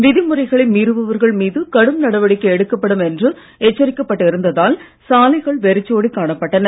விதிமுறைகள் மீறுபவர்கள் மீது கடும் நடவடிக்கை எடுக்கப்படும் என்று எச்சிரிக்கப்பட்டு இருந்ததால் சாலைகள் வெறிச்சோடி காணப்பட்டன